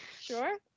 Sure